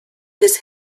his